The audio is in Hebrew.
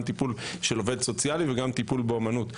טיפול של עובד סוציאלי וגם טיפול באומנות.